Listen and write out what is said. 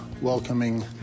welcoming